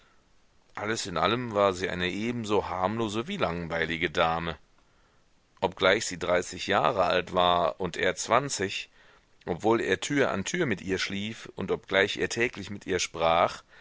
alles in allem war sie eine ebenso harmlose wie langweilige dame obgleich sie dreißig jahre alt war und er zwanzig obwohl er tür an tür mit ihr schlief und obgleich er täglich mit ihr sprach